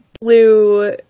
blue